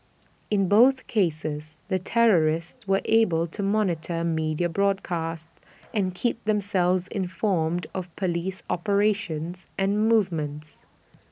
in both cases the terrorists were able to monitor media broadcasts and keep themselves informed of Police operations and movements